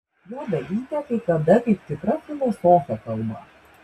jo dalytė kai kada kaip tikra filosofė kalba